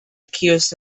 accused